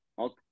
Okay